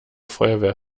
feuerwehr